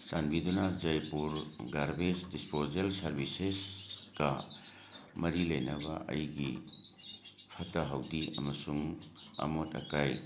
ꯆꯥꯟꯕꯤꯗꯨꯅ Jaipur garbage disposal ꯁꯥꯔꯕꯤꯁꯦꯁꯀ ꯃꯔꯤ ꯂꯩꯅꯕ ꯑꯩꯒꯤ ꯐꯠꯇ ꯍꯥꯎꯗꯤ ꯑꯃꯁꯨꯡ ꯑꯃꯣꯠ ꯑꯀꯥꯏ